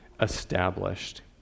established